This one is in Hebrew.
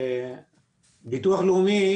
ביטוח לאומי